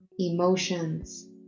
emotions